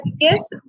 yes